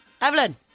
Evelyn